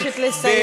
אני מבקשת לסיים,